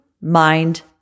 mind